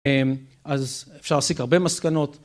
אז אפשר להסיק הרבה מסקנות.